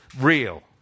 real